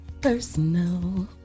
Personal